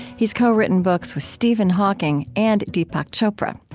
he's co-written books with stephen hawking and deepak chopra.